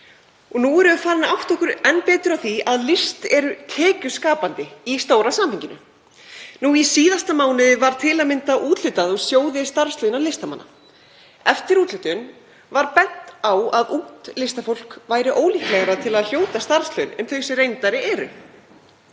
og nú erum við farin að átta okkur enn betur á því að list er tekjuskapandi í stóra samhenginu. Í síðasta mánuði var til að mynda úthlutað úr sjóði starfslauna listamanna. Eftir úthlutun var bent á að ungt listafólk væri ólíklegra til að hljóta starfslaun en þau sem reyndari eru.